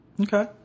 Okay